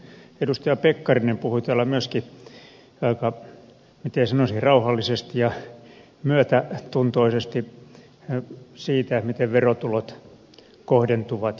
edustaja pekkarinen puhui täällä myöskin miten sanoisin aika rauhallisesti ja myötätuntoisesti siitä miten verotulot kohdentuvat